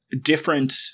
different